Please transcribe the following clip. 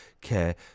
care